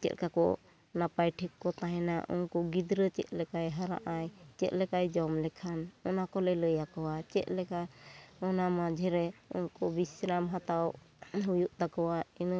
ᱪᱮᱫ ᱞᱮᱠᱟ ᱠᱚ ᱱᱟᱯᱟᱭ ᱴᱷᱤᱠ ᱠᱚ ᱛᱟᱦᱮᱱᱟ ᱩᱱᱠᱩ ᱜᱤᱫᱽᱨᱟᱹ ᱪᱮᱫ ᱞᱮᱠᱟᱭ ᱦᱟᱨᱟᱜᱼᱟᱭ ᱪᱮᱫ ᱞᱮᱠᱟᱭ ᱡᱚᱢ ᱞᱮᱠᱷᱟᱱ ᱚᱱᱟ ᱠᱚᱞᱮ ᱞᱟᱹᱭ ᱟᱠᱚᱣᱟ ᱪᱮᱫ ᱞᱮᱠᱟ ᱚᱱᱟ ᱢᱟᱡᱷᱮᱨᱮ ᱩᱱᱠᱩ ᱵᱤᱥᱨᱟᱢ ᱦᱟᱛᱟᱣ ᱦᱩᱭᱩᱜ ᱛᱟᱠᱚᱣᱟ ᱤᱱᱟᱹ